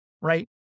right